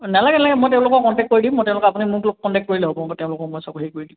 নালাগে নালাগে মই তেওঁলোকক কণ্টেক্ট কৰি দিম মই তেওঁলোকক আপুনি মোৰটোত কণ্টেক্ট কৰিলেই হ'ব তেওঁলোকক মই চব হেৰি কৰি দিম